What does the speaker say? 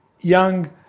young